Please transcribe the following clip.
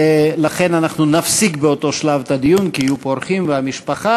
ולכן אנחנו נפסיק באותו שלב את הדיון כי יהיו פה אורחים והמשפחה.